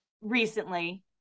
recently